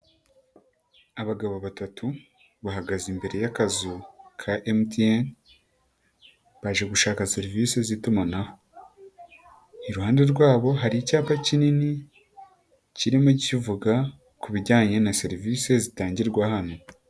Abagabo batatu bahagaze imbere y'akazu ka MTN baje gushaka serivisi z'itumanaho, iruhande rwabo hari icyapa kinini kirimo kivuga ku bijyanye na serivisi zitangirwa hano.